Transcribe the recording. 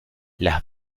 las